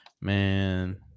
Man